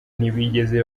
ntibigeze